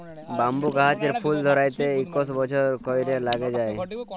bamboo গাহাচের ফুল ধ্যইরতে ইকশ বসর ক্যইরে ল্যাইগে যায়